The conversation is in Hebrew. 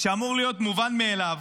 שאמור להיות מובן מאליו,